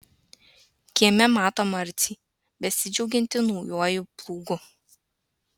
kieme mato marcį besidžiaugiantį naujuoju plūgu